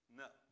no